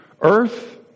Earth